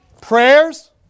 Prayers